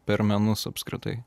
per menus apskritai